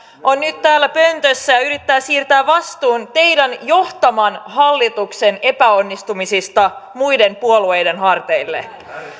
on nyt täällä pöntössä ja ja yrittää siirtää vastuun teidän johtamanne hallituksen epäonnistumisista muiden puolueiden harteille